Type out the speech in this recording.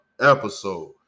episode